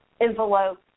envelope